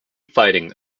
fighting